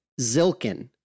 Zilkin